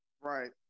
Right